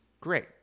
great